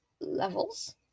levels